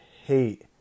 hate